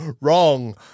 Wrong